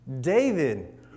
David